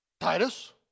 Titus